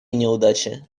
неудачи